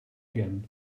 again